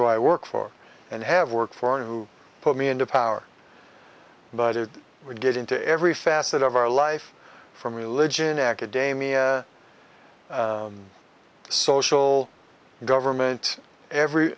who i work for and have worked for and who put me into power but if we get into every facet of our life from religion acca damia social government every